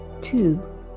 Two